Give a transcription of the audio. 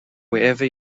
wherever